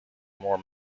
more